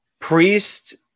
Priest